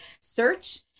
search